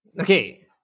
Okay